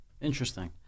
Interesting